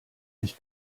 ich